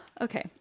Okay